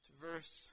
verse